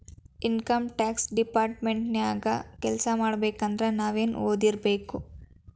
Income tax department ನ್ಯಾಗ್ ಕೆಲ್ಸಾಮಾಡ್ಬೇಕಂದ್ರ ನಾವೇನ್ ಒದಿರ್ಬೇಕು?